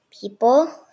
people